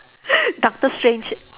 doctor strange